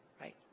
right